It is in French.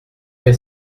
est